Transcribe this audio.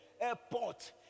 airport